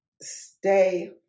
stay